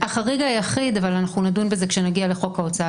החריג היחיד אנחנו נדון בזה כשנגיע לחוק ההוצאה